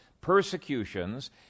persecutions